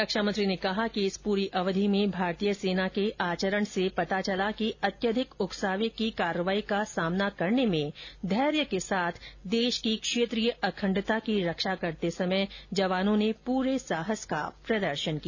रक्षा मंत्री ने कहा कि इस पूरी अवधि में भारतीय सेना के आचरण से पता चला कि अत्यधिक उकसावे की कार्रवाई का सामना करने में धैर्य के साथ देश की क्षेत्रीय अखंडता की रक्षा करते समय जवानों ने पूरे साहस का प्रदर्शन किया